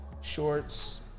shorts